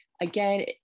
again